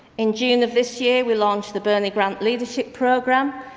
in june of this year, we lunched the but and grant leadership programme,